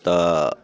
तऽ